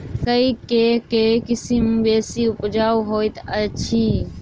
मकई केँ के किसिम बेसी उपजाउ हएत अछि?